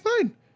fine